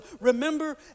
remember